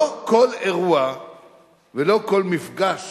לא כל אירוע ולא כל מפגש